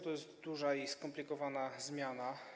To jest duża i skomplikowana zmiana.